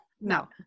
No